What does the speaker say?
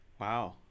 Wow